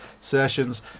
sessions